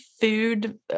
food